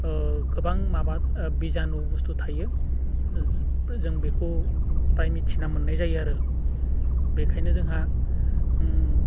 गोबां माबा बिजानु बुस्थु थायो जों बेखौ फ्राय मिथिना मोननाय जायो आरो बेखायनो जोंहा